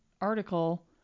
article